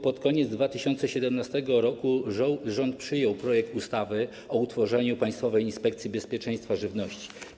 Pod koniec 2017 r. rząd przyjął projekt ustawy o utworzeniu Państwowej Inspekcji Bezpieczeństwa Żywności.